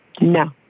No